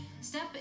step